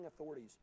authorities